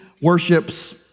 worships